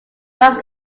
wraps